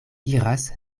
iras